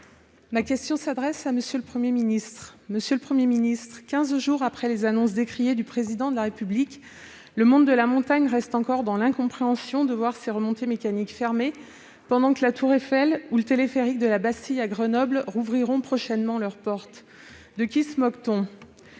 Noël, pour le groupe Les Républicains. Monsieur le Premier ministre, quinze jours après les annonces décriées du Président de la République, le monde de la montagne reste encore dans l'incompréhension face aux remontées mécaniques fermées, alors que la tour Eiffel ou le téléphérique de la Bastille, à Grenoble, rouvriront prochainement leurs portes. De qui se moque-t-on ?